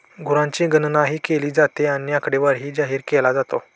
गुरांची गणनाही केली जाते आणि आकडेवारी जाहीर केला जातो